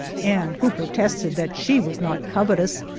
and who protested that she was not covetous,